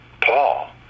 Paul